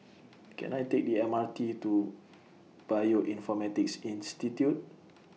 Can I Take The M R T to Bioinformatics Institute